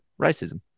racism